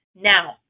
Now